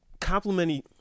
complimenting